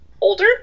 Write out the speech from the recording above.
older